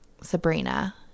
Sabrina